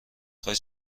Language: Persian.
خوای